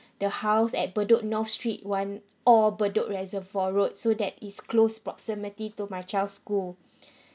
the house at bedok north street one or bedok reservoir road so that is close proximity to my child's school